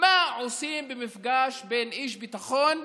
מה עושים במפגש בין איש ביטחון,